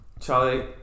Charlie